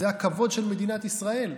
זה הכבוד של מדינת ישראל.